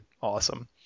Awesome